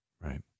right